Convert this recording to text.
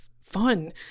fun